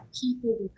people